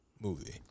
movie